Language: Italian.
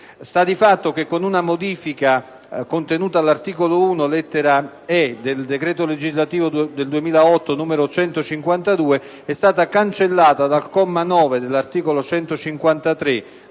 Sta di fatto che con una modifica, contenuta all'articolo 1, lettera *ee)*, del decreto legislativo n. 152 del 2008, è stata cancellata dal comma 9 dell'articolo 153